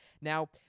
Now